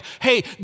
hey